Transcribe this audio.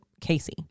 Casey